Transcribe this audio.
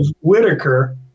Whitaker